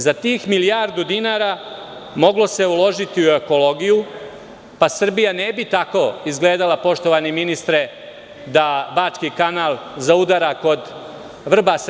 Za tih milijardu dinara moglo se uložiti u ekologiju, pa Srbija ne bi tako izgledala, poštovani ministre, da Bački kanal zaudara kod Vrbasa.